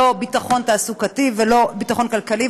לא ביטחון תעסוקתי ולא ביטחון כלכלי,